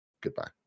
goodbye